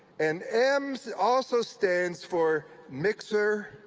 and m also stands for mixer